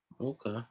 Okay